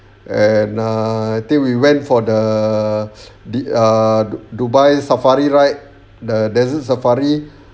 and err I think we went for the the err dubai safari ride the desert safari